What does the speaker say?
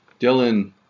Dylan